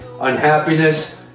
unhappiness